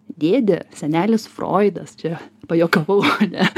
dėdė senelis froidas čia pajuokavau ane